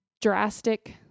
drastic